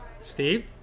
Steve